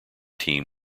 team